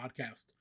podcast